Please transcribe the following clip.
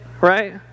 right